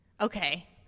Okay